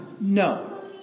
No